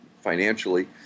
financially